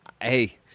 hey